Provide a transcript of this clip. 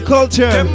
Culture